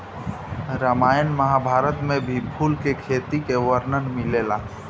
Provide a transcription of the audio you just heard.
रामायण महाभारत में भी फूल के खेती के वर्णन मिलेला